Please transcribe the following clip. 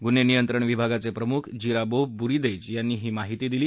गुन्हे नियंत्रण विभागाचे प्रमुख जिराभोब भुरीदेज यांनी ही माहिती दिली